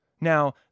Now